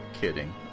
kidding